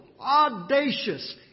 audacious